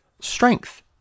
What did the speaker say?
strength